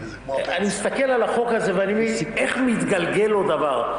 אני מסתכל על החוק הזה ואני אומר איך מתגלגל לו דבר.